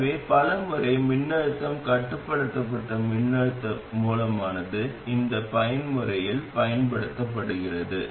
எனவே பல முறை மின்னழுத்தம் கட்டுப்படுத்தப்பட்ட மின்னழுத்த மூலமானது இந்த பயன்முறையில் பயன்படுத்தப்படுகிறது